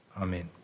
Amen